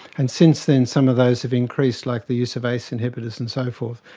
and since then some of those have increased, like the use of ace inhibitors and so forth.